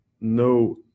no